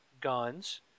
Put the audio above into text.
guns